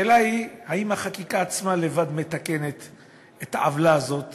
השאלה היא אם החקיקה עצמה לבד מתקנת את העוולה הזאת